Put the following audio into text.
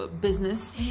business